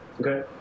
Okay